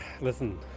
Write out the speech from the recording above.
Listen